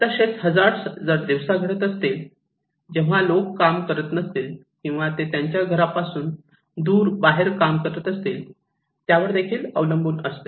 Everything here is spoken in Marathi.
तसेच हजार्ड जर दिवसा घडत असेल जेव्हा लोक काम करत नसतील किंवा ते त्यांच्या घरापासून दूर बाहेर काम करत असतील त्यावर देखील अवलंबून असते